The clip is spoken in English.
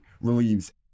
relieves